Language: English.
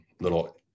little